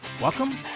Welcome